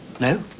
no